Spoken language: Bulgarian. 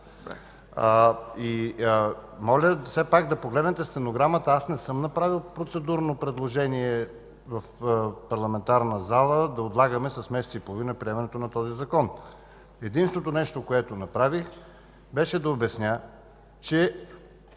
моля все пак да погледнете стенограмата. Аз не съм направил процедурно предложение в парламентарната зала да отлагаме с месец и половина приемането на този Закон. Единственото нещо, което направих, беше да обясня, че